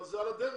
זה על הדרך.